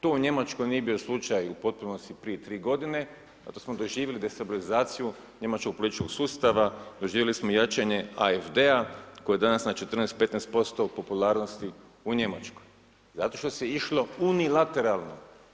To u Njemačkoj nije bio slučaj u potpunosti prije 3 godine zato smo doživjeli destabilizaciju njemačkog političkog sustava, doživjeli smo jačanje AFD-a koje danas na 14-15% popularnosti u Njemačkoj, zato što se išlo unilateralno.